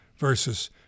Versus